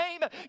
name